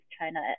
china